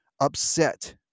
upset